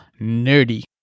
nerdy